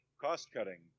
cost-cutting